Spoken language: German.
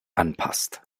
anpasst